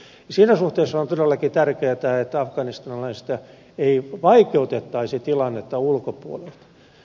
siinä suhteessa on todellakin tärkeätä että ei vaikeutettaisi tilannetta ulkopuolelta